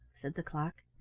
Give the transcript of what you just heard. said the clock.